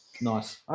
Nice